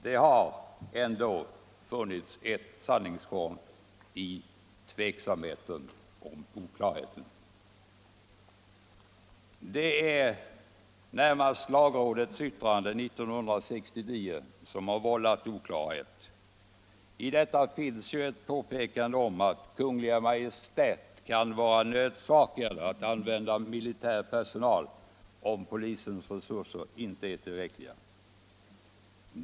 Det har ändå funnits ett korn av sanning i den tveksamhet som oklarheten givit upphov till. Det är närmast lagrådets yttrande 1969 som har vållat oklarhet. I detta finns ett påpekande om att Kungl. Maj:t kan bli nödsakad att använda militär personal om polisens resurser inte är tillräckliga.